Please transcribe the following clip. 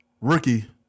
rookie